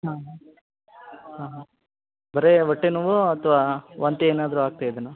ಹಾಂ ಹಾಂ ಬರೀ ಹೊಟ್ಟೆ ನೋವಾ ಅಥ್ವಾ ವಾಂತಿ ಏನಾದರೂ ಆಗ್ತಿದೇನಾ